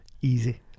easy